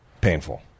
painful